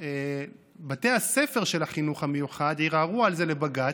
בתי הספר של החינוך המיוחד ערערו על זה לבג"ץ,